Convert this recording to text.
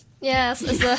Yes